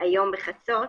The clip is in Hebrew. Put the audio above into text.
היום בחצות,